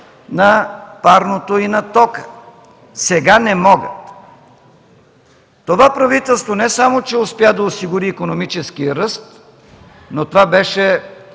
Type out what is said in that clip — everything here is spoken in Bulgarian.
на парното и на тока. Сега не могат. Това правителство не само че успя да осигури икономически ръст, но това бяха